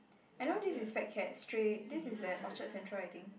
and all these is Fatcat stray this is at Orchard Central I think